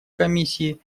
комиссии